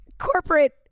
Corporate